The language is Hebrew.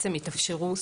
בעצם התאפשרו,